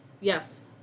Yes